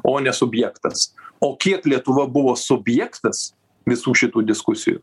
o ne subjektas o kiek lietuva buvo subjektas visų šitų diskusijų